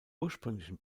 ursprünglichen